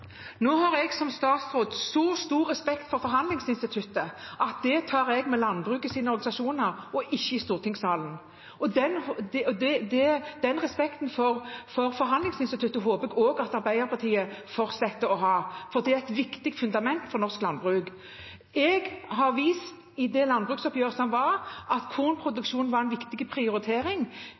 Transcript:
Nå har jeg som statsråd stor, stor respekt for forhandlingsinstituttet – dette tar jeg med landbrukets organisasjoner, ikke i stortingssalen. Den respekten for forhandlingsinstituttet håper jeg også at Arbeiderpartiet fortsetter å ha, for det er et viktig fundament for norsk landbruk. I det landbruksoppgjøret som var, har jeg vist at kornproduksjon var en viktig prioritering,